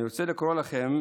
אני רוצה לקרוא לכם